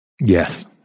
Yes